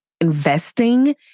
investing